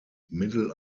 middle